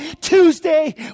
Tuesday